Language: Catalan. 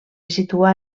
situar